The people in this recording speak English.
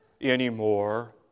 anymore